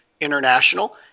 international